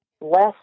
less